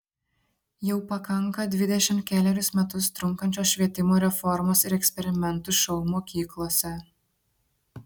jau pakanka dvidešimt kelerius metus trunkančios švietimo reformos ir eksperimentų šou mokyklose